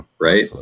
Right